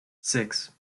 six